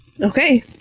Okay